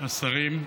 השרים,